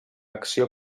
acció